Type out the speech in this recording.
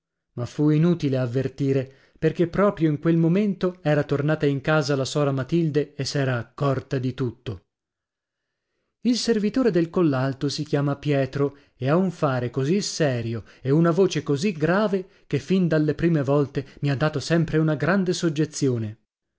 ma fu inutile avvertire perché proprio in quel momento era tornata in casa la sora matilde e s'era accorta di tutto il servitore del collalto si chiama pietro e ha un fare così serio e una voce così grave che fin dalle prime volte mi ha dato sempre una grande soggezione